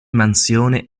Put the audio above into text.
mansioni